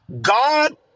God